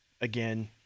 again –